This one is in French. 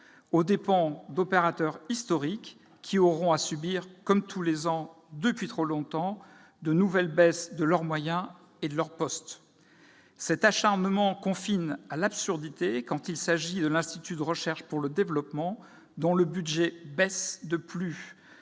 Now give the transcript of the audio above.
aux dépens d'opérateurs historiques qui auront à subir, comme tous les ans depuis trop longtemps, de nouvelles réductions de moyens et de postes. Cet acharnement confine à l'absurdité quand il s'agit de l'Institut de recherche pour le développement, dont le budget baisse de plus